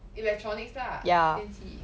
electronics lah 电器